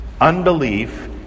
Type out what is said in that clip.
unbelief